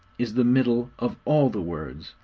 is the middle of all the words,